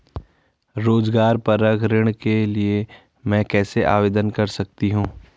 रोज़गार परक ऋण के लिए मैं कैसे आवेदन कर सकतीं हूँ?